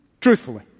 Truthfully